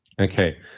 Okay